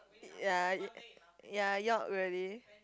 ya y~ ya York really